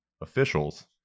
officials